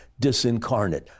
disincarnate